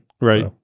Right